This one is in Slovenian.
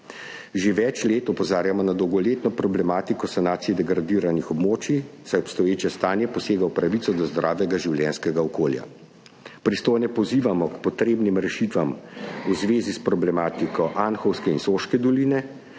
Že več let opozarjamo na dolgoletno problematiko sanacije degradiranih območij, saj obstoječe stanje posega v pravico do zdravega življenjskega okolja. Pristojne pozivamo k potrebnim rešitvam v zvezi s problematiko anhovske in Soške doline,